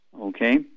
Okay